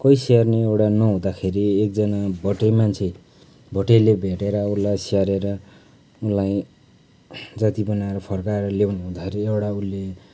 कोही स्याहार्ने एउटा नहुँदाखेरि एकजना भोटे मान्छे भोटेले भेटेर उसलाई स्याहारेर उसलाई जाती बनाएर फर्काएर ल्याउनु हुँदाखेरि एउटा उसले